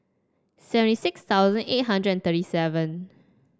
seventy six thousand eight hundred and thirty seven